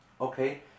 okay